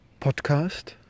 podcast